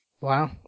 Wow